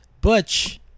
Butch